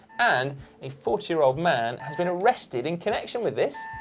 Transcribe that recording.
and a forty year old man has been arrested in connection with this.